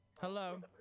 Hello